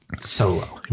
solo